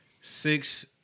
six